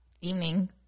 evening